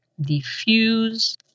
diffuse